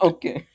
Okay